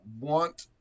want